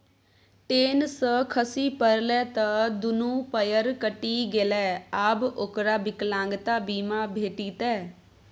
ten सँ खसि पड़लै त दुनू पयर कटि गेलै आब ओकरा विकलांगता बीमा भेटितै